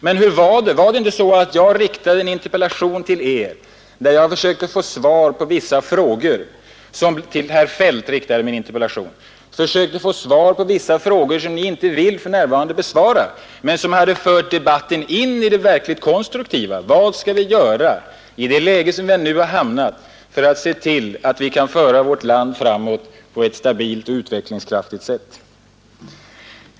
Men var det inte så att jag framställde en interpellation till herr Feldt, där jag försökte få svar på vissa frågor som Ni för närvarande inte vill besvara men som hade fört debatten in i det verkligt konstruktiva: Vad skall vi göra i det läge som vi nu hamnat i för att föra vårt land framåt på ett stabilt och utvecklingskraftigt sätt?